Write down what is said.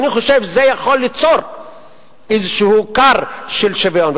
זה יכול ליצור איזה כר של שוויון.